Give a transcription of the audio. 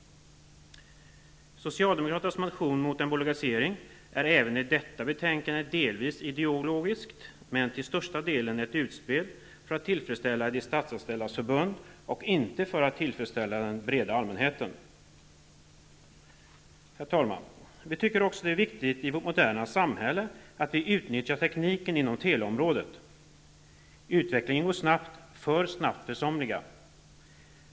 Socialdemokraternas motion, där man visar att man är mot en bolagisering, är även i fråga om detta betänkande delvis ideologisk. Men till största delen är den ett utspel för att tillfredsställa Statsanställdas förbund, inte för att tillfredsställa den breda allmänheten. Herr talman! Det är också viktigt att vi i vårt moderna samhälle utnyttjar tekniken inom teleområdet. Utvecklingen går snabbt -- alltför snabbt för somliga.